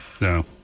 No